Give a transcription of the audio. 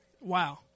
Wow